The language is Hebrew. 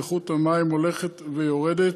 ואיכות המים הולכת ויורדת,